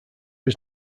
was